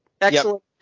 Excellent